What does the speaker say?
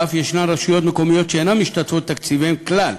ואף יש רשויות מקומיות שאינן משתתפות בתקציביהם כלל.